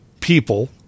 people